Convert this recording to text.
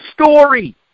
story